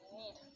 need